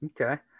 Okay